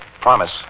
promise